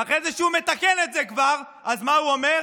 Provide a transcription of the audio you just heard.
ואחרי זה, כשהוא מתקן את זה כבר, אז מה הוא אומר?